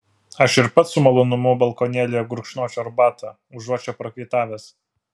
aš ir pats su malonumu balkonėlyje gurkšnočiau arbatą užuot čia prakaitavęs